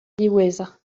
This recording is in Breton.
diwezhañ